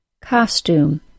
Costume